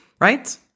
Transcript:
Right